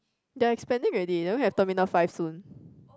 they are expanding already they even have terminal five soon